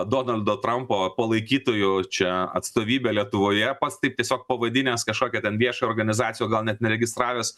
donaldo trampo palaikytojų čia atstovybę lietuvoje pats taip tiesiog pavadinęs kažkokią ten viešą organizaciją o gal net neregistravęs